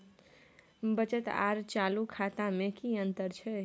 बचत आर चालू खाता में कि अतंर छै?